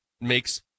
makes